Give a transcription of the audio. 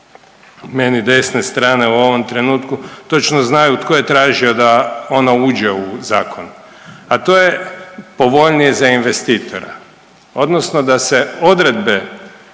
meni desne strane u ovom trenutku točno znaju tko je tražio da ona uđe u zakon, a to je povoljnije za investitora odnosno da se odredbe